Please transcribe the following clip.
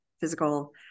physical